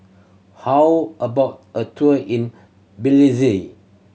how about a tour in Belize